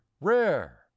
rare